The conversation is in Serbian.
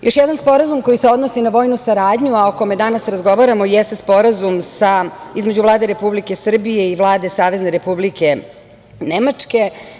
Još jedan sporazum koji se odnosi na vojnu saradnju, a o kome danas razgovaramo jeste Sporazum između Vlade Republike Srbije i Vlade Savezne Republike Nemačke.